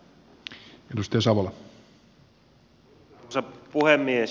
arvoisa puhemies